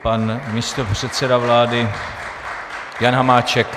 Pan místopředseda vlády Jan Hamáček.